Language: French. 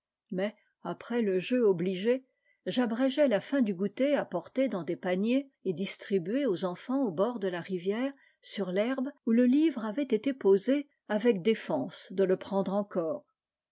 mais après le jeu obligé j'abrégeais la fin du goûter apporté dans des paniers et distribué aux enfants au bord de la rivière sur l'herbe où le livre avait été posé avec défense de le prendre encore